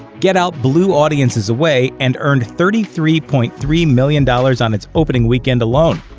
get out blew audiences away and earned thirty three point three million dollars on its opening weekend alone.